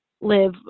live